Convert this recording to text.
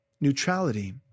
Neutrality